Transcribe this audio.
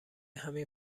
همین